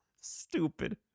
Stupid